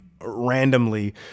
randomly